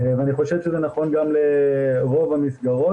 ואני חושב שזה נכון גם לרוב המסגרות.